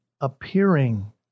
appearing